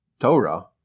Torah